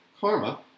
Karma